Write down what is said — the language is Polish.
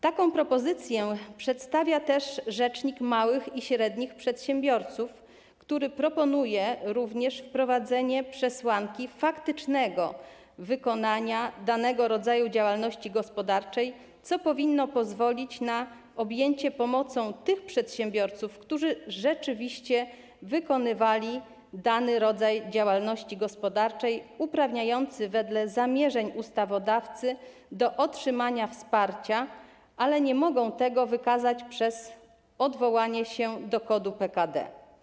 Taką propozycję przedstawia też rzecznik małych i średnich przedsiębiorców, który proponuje również wprowadzenie przesłanki faktycznego wykonania danego rodzaju działalności gospodarczej, co powinno pozwolić na objęcie pomocą tych przedsiębiorców, którzy rzeczywiście wykonywali dany rodzaj działalności gospodarczej uprawniający wedle zamierzeń ustawodawcy do otrzymania wsparcia, ale nie mogą tego wykazać przez odwołanie się do kodu PKD.